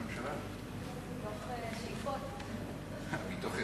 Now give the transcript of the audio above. סרבנות והעדר המשמעת וערעור על סמכות הפיקוד מאיימים על יכולתו של צבא,